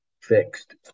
fixed